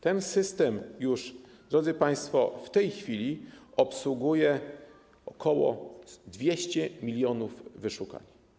Ten system już, drodzy państwo, w tej chwili obsługuje ok. 200 mln wyszukań.